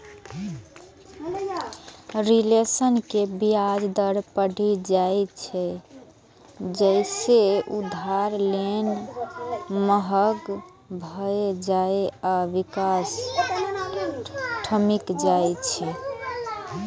reflation मे ब्याज दर बढ़ि जाइ छै, जइसे उधार लेब महग भए जाइ आ विकास ठमकि जाइ छै